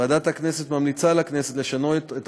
ועדת הכנסת ממליצה לכנסת לשנות את